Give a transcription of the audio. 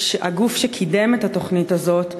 הגוף שקידם את התוכנית הזאת,